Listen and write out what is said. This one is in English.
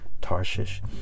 Tarshish